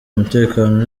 umutekano